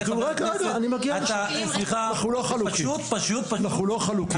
סליחה --- אנחנו לא חלוקים.